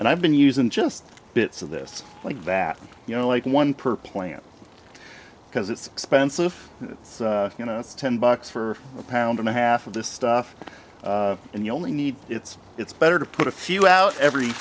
and i've been using just bits of this like that you know like one per plant because it's expensive you know it's ten bucks for a pound and a half of this stuff and you only need it's it's better to put a few out every